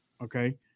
Okay